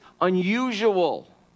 unusual